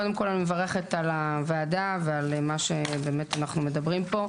קודם כל אני מברכת על הוועדה ועל מה שבאמת אנחנו מדברים פה.